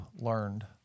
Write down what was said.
learned